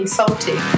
salty